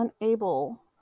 unable